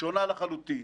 שונה לחלוטין.